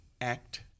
act